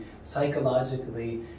psychologically